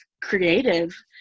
creative